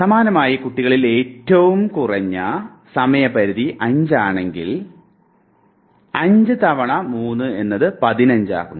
സമാനമായി കുട്ടികളിൽ ഏറ്റവും കുറഞ്ഞ സമയ പരിധി 5 ആണെങ്കിൽ 5 തവണ 3 എന്നത് 15 ആകുന്നു